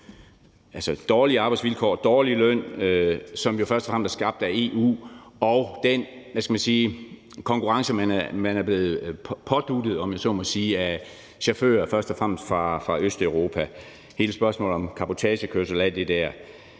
altså dårlige arbejdsvilkår, dårlig løn, hvilket jo først og fremmest er skabt af EU, og den konkurrence, man er blevet påduttet, om jeg så må sige, af chauffører fra først og fremmest Østeuropa, altså hele spørgsmålet om cabotagekørsel og alt det der.